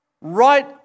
right